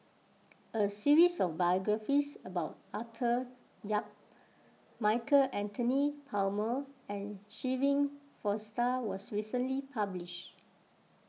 a series of biographies about Arthur Yap Michael Anthony Palmer and Shirin Fozdar was recently published